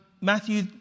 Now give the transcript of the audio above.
Matthew